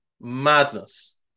madness